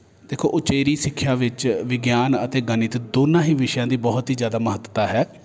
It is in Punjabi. ਦੇਖੋ ਉਚੇਰੀ ਸਿੱਖਿਆ ਵਿੱਚ ਵਿਗਿਆਨ ਅਤੇ ਗਣਿਤ ਦੋਨਾਂ ਹੀ ਵਿਸ਼ਿਆਂ ਦੀ ਬਹੁਤ ਹੀ ਜ਼ਿਆਦਾ ਮਹੱਤਤਾ ਹੈ